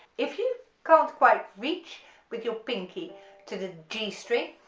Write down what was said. if you can't quite reach with your pinky to the g string,